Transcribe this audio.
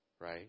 right